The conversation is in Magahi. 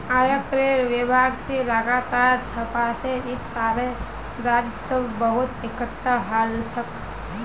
आयकरेर विभाग स लगातार छापा स इस सालेर राजस्व बहुत एकटठा हल छोक